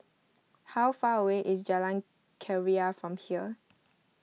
how far away is Jalan Keria from here